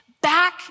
back